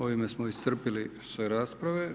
Ovime smo iscrpili sve rasprave.